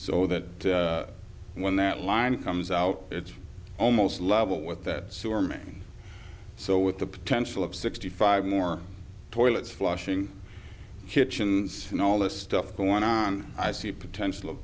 so that when that line comes out it's almost level with that sewer main so with the potential of sixty five more toilets flushing kitchens and all this stuff going on i see a potential